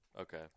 Okay